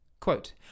Quote